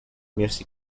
music